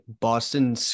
Boston